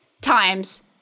times